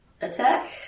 Attack